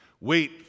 Wait